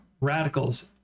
radicals